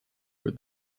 with